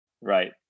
Right